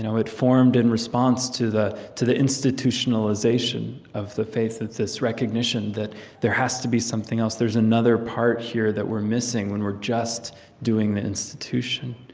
it formed in response to the to the institutionalization of the faith, of this recognition that there has to be something else. there's another part here that we're missing when we're just doing the institution.